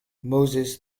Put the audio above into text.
moses